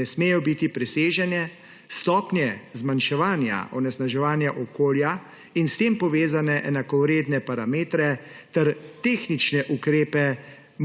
ne smejo biti presežene, stopnje zmanjševanja onesnaževanja okolja in s tem povezane enakovredne parametre ter tehnične ukrepe,